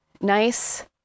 nice